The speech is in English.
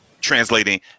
translating